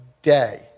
day